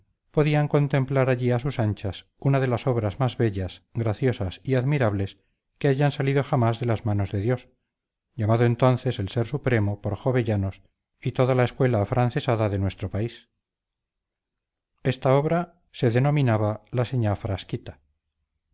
podían contemplar allí a sus anchas una de las obras más bellas graciosas y admirables que hayan salido jamás de las manos de dios llamado entonces el ser supremo por jovellanos y toda la escuela afrancesada de nuestro país esta obra se denominaba la señá frasquita